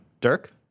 Dirk